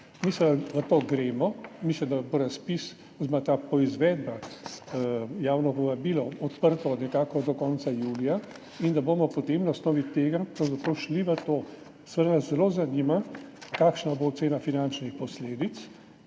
Mi seveda gremo v to. Mislim, da bo razpis oziroma ta poizvedba, javno povabilo, odprto nekako do konca julija in da bomo potem na osnovi tega pravzaprav šli v to. Seveda nas zelo zanima, kakšna bo ocena finančnih posledic,